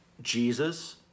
Jesus